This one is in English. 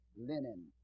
linen